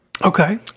Okay